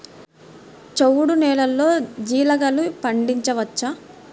చవుడు నేలలో జీలగలు పండించవచ్చా?